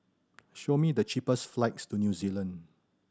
show me the cheapest flights to New Zealand